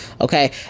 Okay